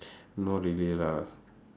not really lah